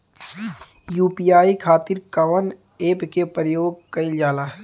UPI खातीर कवन ऐपके प्रयोग कइलजाला?